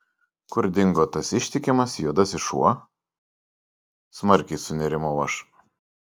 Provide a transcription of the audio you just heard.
kur dingo tas ištikimas juodasis šuo smarkiai sunerimau aš